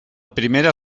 primera